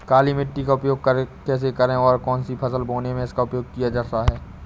काली मिट्टी का उपयोग कैसे करें और कौन सी फसल बोने में इसका उपयोग किया जाता है?